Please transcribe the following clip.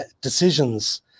decisions